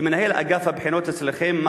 למנהל אגף הבחינות אצלכם,